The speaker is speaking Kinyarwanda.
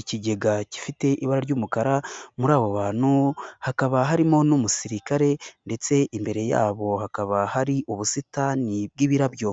ikigega gifite ibara ry'umukara. Muri abo bantu hakaba harimo n'umusirikare ndetse imbere yabo hakaba hari ubusitani bw'ibirabyo.